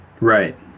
right